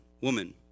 Woman